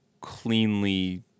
cleanly